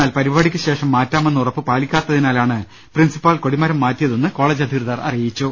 എന്നാൽ പരിപാടിക്ക് ശേഷം മാറ്റാമെന്ന ഉറപ്പ് പാലിക്കാത്തതിനാലാണ് പ്രിൻസിപ്പാൾ കൊടിമരം മാറ്റിയതെന്ന് കോളേജ് അധികൃതർ അറിയിച്ചു